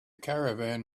caravan